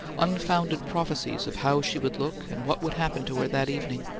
unfounded prophecies of how she would look and what would happen to her that evening.